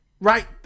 Right